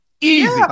Easy